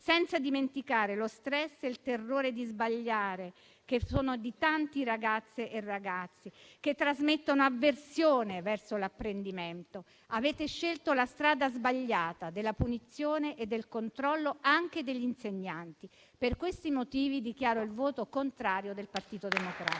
senza dimenticare lo stress e il terrore di sbagliare di tanti ragazze e ragazzi che trasmettono avversione verso l'apprendimento. Avete scelto la strada sbagliata della punizione e del controllo anche degli insegnanti. Per questi motivi, dichiaro il voto contrario del Partito Democratico.